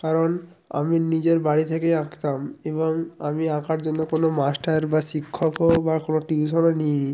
কারণ আমি নিজের বাড়ি থেকেই আঁকতাম এবং আমি আঁকার জন্য কোনো মাস্টার বা শিক্ষকও বা কোনো টিউশনও নিই নি